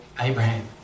Abraham